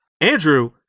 Andrew